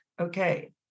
okay